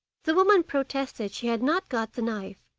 the woman protested she had not got the knife,